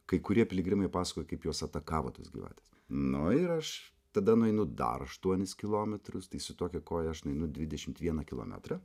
kai kurie piligrimai pasakojo kaip juos atakavo tos gyvatės nu ir aš tada nueinu dar aštuonis kilometrus tai su tokia koja aš nueinu dvidešimt vieną kilometrą